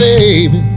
Baby